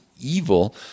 evil